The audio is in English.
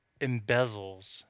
embezzles